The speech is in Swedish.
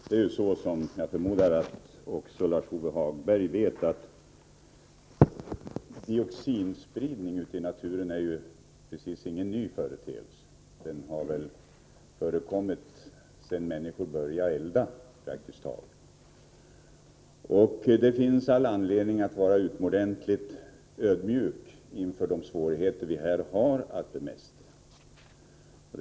Herr talman! Som jag förmodar att också Lars-Ove Hagberg vet är dioxinspridning i naturen inte precis någon ny företeelse — den har förekommit praktiskt taget sedan människor började elda. Det finns all anledning att vara utomordentligt ödmjuk inför de svårigheter vi här har att bemästra.